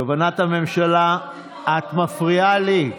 את מפריעה לי.